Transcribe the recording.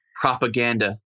propaganda